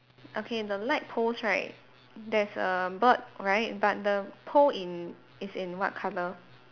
okay the light post right there's a bird right but the pole in is in what colour